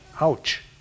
Ouch